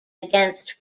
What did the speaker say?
against